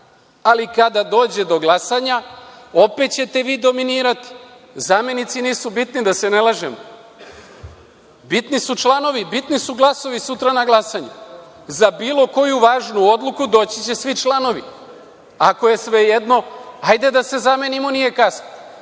ali kada dođe do glasanja opet ćete vi dominirati. Zamenici nisu bitni, da se ne lažemo. Bitni su članovi, bitni su glasovi sutra na glasanju. Za bilo koju važnu odluku doći će svi članovi. Ako je svejedno, hajde da se zamenimo, nije kasno,